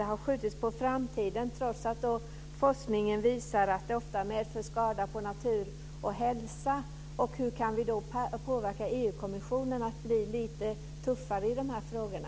Detta har skjutits på framtiden trots att forskningen visar att dessa ämnen ofta medför skada på natur och hälsa. Hur kan vi påverka EU-kommissionen att bli lite tuffare i de här frågorna?